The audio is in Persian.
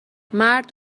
مرد